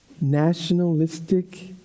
nationalistic